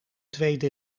tweede